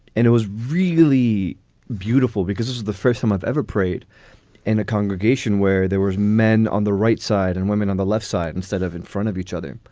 and it was really beautiful because it's the first time i've ever prayed in a congregation where there was men on the right side and women on the left side instead of in front of each other.